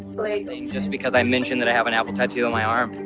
like. just because i mentioned that i have an apple tattoo on my arm.